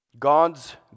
God's